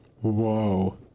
Whoa